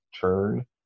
turn